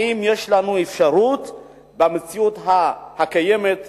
לעד, האם יש לנו אפשרות במציאות הקיימת לשרוד?